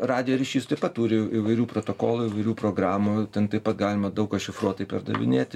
radijo ryšys taip pat turi įvairių protokolų įvairių programų ten taip pat galima daug ką šifruotai perdavinėti